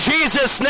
Jesus